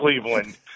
Cleveland